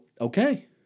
okay